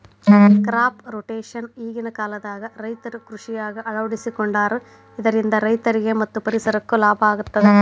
crop rotation ಈಗಿನ ಕಾಲದಾಗು ರೈತರು ಕೃಷಿಯಾಗ ಅಳವಡಿಸಿಕೊಂಡಾರ ಇದರಿಂದ ರೈತರಿಗೂ ಮತ್ತ ಪರಿಸರಕ್ಕೂ ಲಾಭ ಆಗತದ